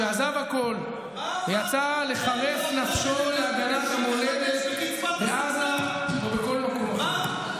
שעזב הכול ויצא לחרף נפשו על הגנת המולדת בעזה ובכל מקום אחר.